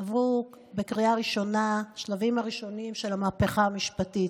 עברו בקריאה ראשונה השלבים הראשונים של המהפכה המשפטית.